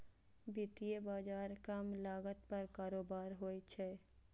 वित्तीय बाजार कम लागत पर कारोबार होइ छै